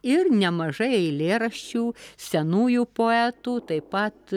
ir nemažai eilėraščių senųjų poetų taip pat